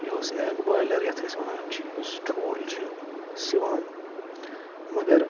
یہِ اوٗس ایٚگ بویلَر یَتھ أسۍ وَنان چھِ یُس ٹھوٗل چھِ سِوان مگر